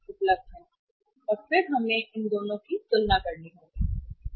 और फिर हमें तुलना करनी होगी ये दोनों